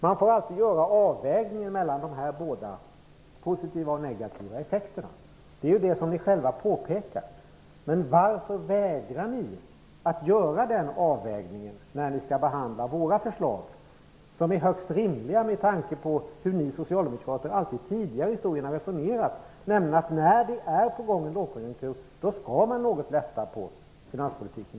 Man får alltid göra avvägningar mellan båda dessa positiva och negativa effekter. Det är ju det som ni själva påpekar. Men varför vägrar ni att göra den avvägningen när ni skall behandla våra förslag som är högst rimliga med tanke på hur ni socialdemokrater alltid tidigare i historien har resonerat, nämligen att när en lågkonjunktur är på gång skall man lätta något på finanspolitiken?